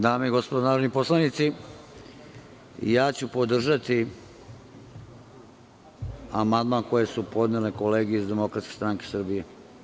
Dame i gospodo narodni poslanici, podržaću amandman koji su podnele kolege iz Demokratske stranke Srbije.